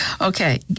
okay